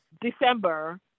december